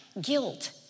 Guilt